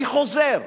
אני חוזר,